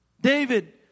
David